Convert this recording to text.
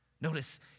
Notice